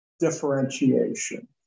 Differentiation